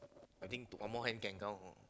I think to one more hand can count all